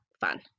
fun